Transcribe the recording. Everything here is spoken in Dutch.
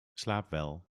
slaapwel